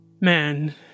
Man